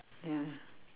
ya